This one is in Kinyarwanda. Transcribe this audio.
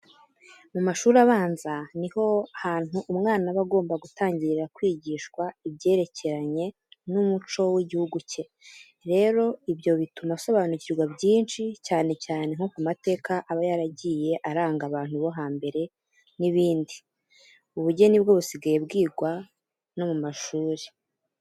Mu mashuri abanza, ni ho hantu umwana aba agomba gutangirira kwigishwa ibyerekeranye n'umuco w'igihugu cye. Rero, ibi bituma asobanukirwa byinshi cyane cyane nko ku mateka aba yaragiye aranga abantu bo hambere n'ibindi. Ubugeni bwo busigaye bwigwa no mu mashuri.